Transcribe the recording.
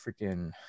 freaking